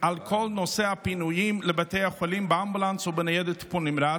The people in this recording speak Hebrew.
על כל נושא הפינויים לבתי החולים באמבולנס או בניידת טיפול נמרץ,